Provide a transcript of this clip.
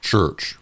church